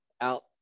out